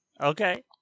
Okay